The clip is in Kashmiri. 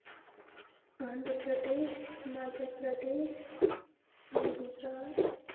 اندرا پردیش ہِماچَل پردیش گُجرات